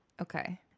Okay